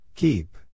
Keep